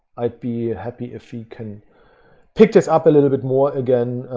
i'd be happy if we can pick this up a little bit more again.